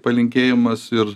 palinkėjimas ir